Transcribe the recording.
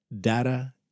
data